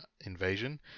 invasion